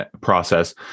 process